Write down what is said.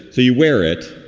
so you wear it.